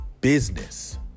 business